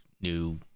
new